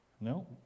no